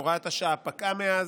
הוראת השעה פקעה מאז.